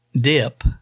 dip